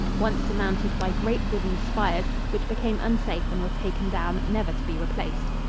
once surmounted by great wooden spires, which became unsafe and were taken down, never to be replaced.